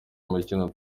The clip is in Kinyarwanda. umukino